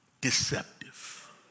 deceptive